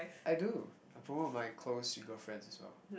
I do I follow my close single friends as well